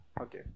Okay